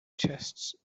chests